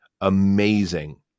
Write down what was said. amazing